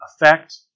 effect